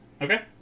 Okay